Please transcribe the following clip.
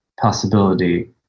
possibility